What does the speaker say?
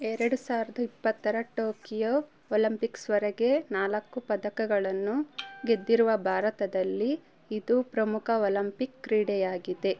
ಎರಡು ಸಾವಿರದ ಇಪ್ಪತ್ತರ ಟೋಕಿಯೋ ಒಲಂಪಿಕ್ಸ್ವರೆಗೆ ನಾಲ್ಕು ಪದಕಗಳನ್ನು ಗೆದ್ದಿರುವ ಭಾರತದಲ್ಲಿ ಇದು ಪ್ರಮುಖ ಒಲಂಪಿಕ್ ಕ್ರೀಡೆಯಾಗಿದೆ